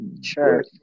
sure